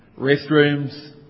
Restrooms